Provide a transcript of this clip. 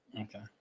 Okay